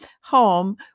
home